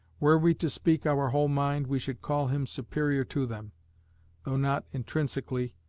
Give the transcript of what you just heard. were we to speak our whole mind, we should call him superior to them though not intrinsically,